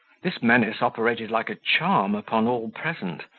this menace operated like a charm upon all present.